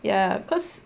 ya because